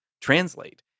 translate